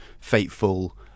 fateful